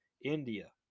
India